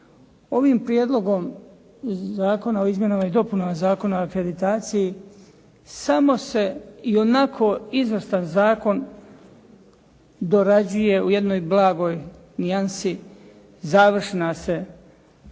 Ovim prijedlogom zakona o izmjenama i dopunama Zakona o akreditaciji samo se i onako izvrstan zakon dorađuje u jednoj blagoj nijansi završna se boja